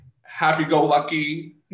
happy-go-lucky